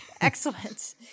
Excellent